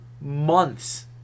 months